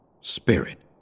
Spirit